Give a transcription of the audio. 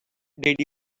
did